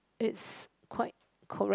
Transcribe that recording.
it's quite correct